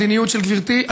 המדיניות של גברתי,